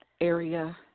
area